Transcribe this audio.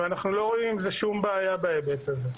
ואנחנו לא רואים שום בעיה בהיבט הזה.